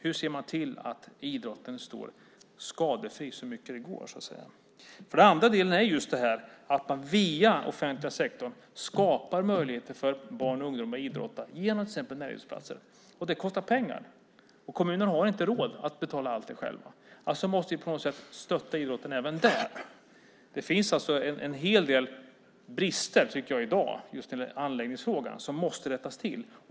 Hur ser man till att idrotten står skadefri så mycket det går? Den andra delen är just att man via den offentliga sektorn skapar möjligheter för barn och ungdomar att idrotta genom till exempel mötesplatser. Det kostar pengar. Kommunen har inte råd att betala allt det själv. Alltså måste vi på något sätt stötta idrotten även där. Det finns en hel del brister i dag just när det gäller anläggningsfrågan som måste rättas till.